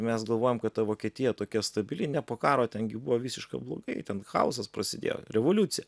mes galvojam kad ta vokietija tokia stabili ne po karo ten gi buvo visiška blogai ten chaosas prasidėjo revoliucija